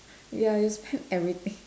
ya you'll spend everything